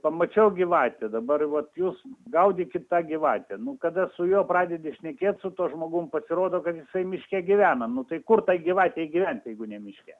pamačiau gyvatę dabar vat jūs gaudykit tą gyvatę nu kada su juo pradedi šnekėt su tuo žmogum pasirodo kad jisai miške gyvena nu tai kur tai gyvatei gyventi jeigu ne miške